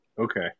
Okay